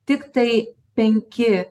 tiktai penki